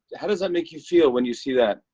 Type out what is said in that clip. how does that make you feel when you see that?